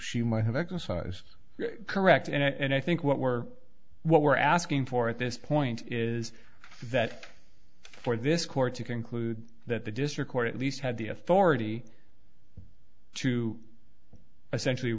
might have exercised correct and i think what we're what we're asking for at this point is that for this court to conclude that the district court at least had the authority to essentially